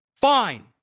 Fine